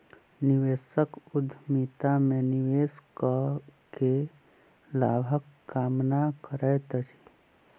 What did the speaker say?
निवेशक उद्यमिता में निवेश कअ के लाभक कामना करैत अछि